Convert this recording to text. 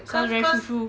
sounds very foo foo